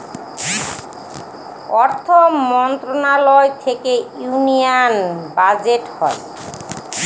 অর্থ মন্ত্রণালয় থেকে ইউনিয়ান বাজেট হয়